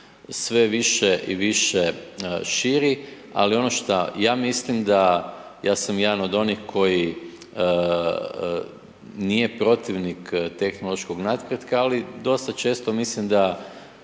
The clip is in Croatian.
sve više i više širi, ali ono što ja mislim da, ja sam jedan od onih koji nije protivnik tehnološkog napretka, ali dosta često mislim da